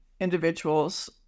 individuals